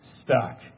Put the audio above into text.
stuck